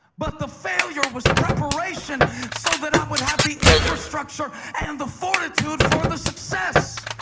but the failure was preparation so that i would have the infrastructure and the fortitude for the success.